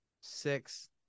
Six